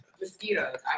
Mosquitoes